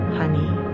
honey